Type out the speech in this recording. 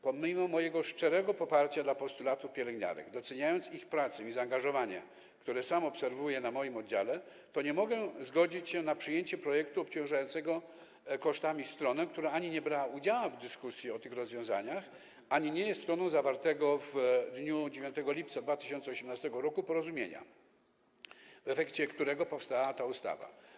Pomimo mojego szczerego poparcia dla postulatów pielęgniarek, doceniając ich pracę i zaangażowanie, które sam obserwuję na moi oddziale, to nie mogę zgodzić się na przyjęcie projektu obciążającego kosztami stronę, która ani nie brała udziału w dyskusji o tych rozwiązaniach, ani nie jest stroną zawartego w dniu 9 lipca 2018 r. porozumienia, w efekcie którego powstała ta ustawa.